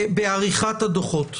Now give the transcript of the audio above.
בעריכת הדוחות.